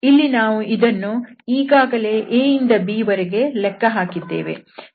ಇಲ್ಲಿ ನಾವು ಇದನ್ನು ಈಗಾಗಲೇ a ಇಂದ bವರೆಗೆ ಲೆಕ್ಕ ಹಾಕಿದ್ದೇವೆ